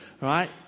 Right